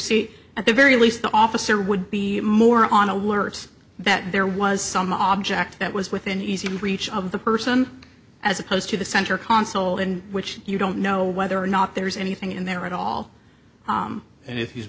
seat at the very least the officer would be more on alert that there was some object that was within easy reach of the person as opposed to the center console in which you don't know whether or not there is anything in there at all and i